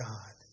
God